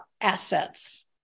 assets